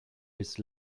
his